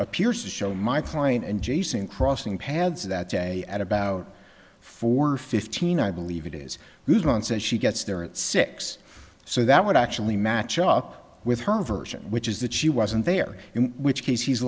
appears to show my client and jason crossing paths that day at about four fifteen i believe it is luzon says she gets there at six so that would actually match up with her version which is that she wasn't there in which case he's